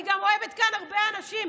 אני גם אוהבת כאן הרבה אנשים.